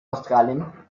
australien